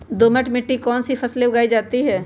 दोमट मिट्टी कौन कौन सी फसलें उगाई जाती है?